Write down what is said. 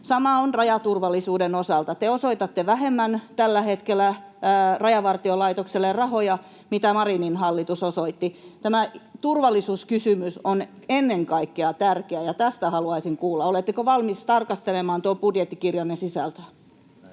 Sama on rajaturvallisuuden osalta. Te osoitatte vähemmän tällä hetkellä Rajavartiolaitokselle rahoja, mitä Marinin hallitus osoitti. Tämä turvallisuuskysymys on ennen kaikkea tärkeä, ja tästä haluaisin kuulla. Oletteko valmis tarkastelemaan tuon budjettikirjanne sisältöä?